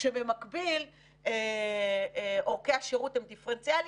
כשמקביל אורכי השירות הם דיפרנציאליים,